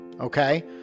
Okay